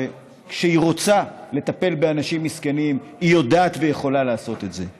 שכשהיא רוצה לטפל באנשים מסכנים היא יודעת ויכולה לעשות את זה,